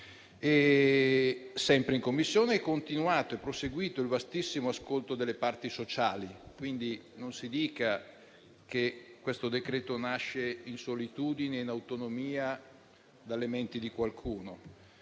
Sempre in Commissione è continuato e proseguito il vastissimo ascolto delle parti sociali. Non si dica quindi che questo decreto-legge nasce in solitudine e in autonomia, dalle menti di qualcuno.